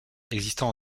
existant